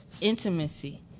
intimacy